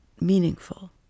meaningful